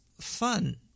fun